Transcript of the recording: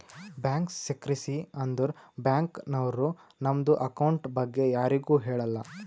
bank secrecy ಅಂದುರ್ bank ನವ್ರು ನಮ್ದು ಅಕೌಂಟ್ ಬಗ್ಗೆ ಯಾರಿಗು ಹೇಳಲ್ಲ